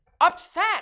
upset